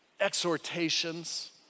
exhortations